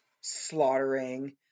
slaughtering